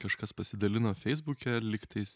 kažkas pasidalino feisbuke ir lyg tais